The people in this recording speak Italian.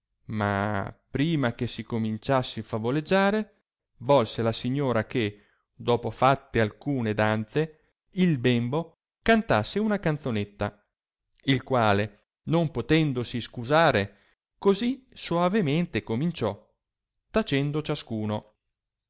ma prima che si cominciasse il favoleggiare volse la signora che dopò fatte alcune danze il bembo cantasse una canzonetta il quale non potendosi scusare così soavemente cominciò tacendo ciascuno